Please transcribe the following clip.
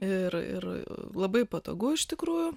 ir ir labai patogu iš tikrųjų